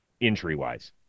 injury-wise